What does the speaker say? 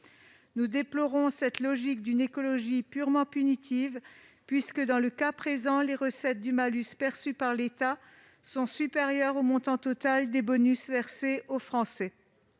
Nous déplorons cette logique d'une écologie purement punitive ; dans le cas présent, les recettes du malus perçues par l'État sont supérieures au montant total des bonus versés aux Français.